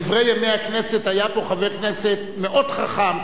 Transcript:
בדברי ימי הכנסת היה פה חבר כנסת מאוד חכם,